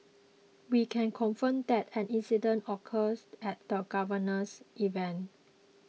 we can confirm that an incident occurs at the Governor's event